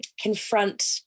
confront